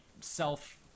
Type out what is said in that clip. self